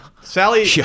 Sally